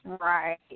Right